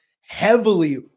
heavily